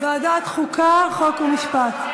ועדת חוקה, חוק ומשפט.